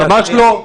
ממש לא.